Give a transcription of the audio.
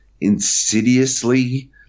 insidiously